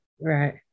right